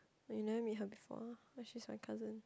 but you never meet her before ah but she's my cousin